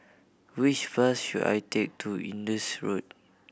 which bus should I take to Indus Road